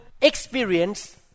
experience